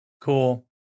Cool